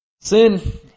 Sin